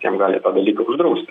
jam gali padalyti ir uždrausti